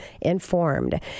informed